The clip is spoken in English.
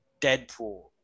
Deadpool